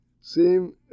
seem